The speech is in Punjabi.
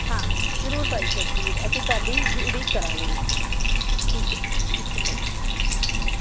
ਹਾਂ ਜ਼ਰੂਰ ਭਾਈ ਸਾਹਿਬ ਜ਼ਰੂਰ ਅਸੀਂ ਤੁਹਾਡੀ ਉਡੀਕ ਕਰਾਂਗੇ ਠੀਕ ਏ ਠੀਕ ਏ ਭਾਅ ਜੀ ਠੀਕ